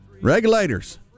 Regulators